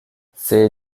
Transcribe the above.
ces